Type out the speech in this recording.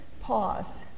pause